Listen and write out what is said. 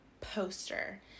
poster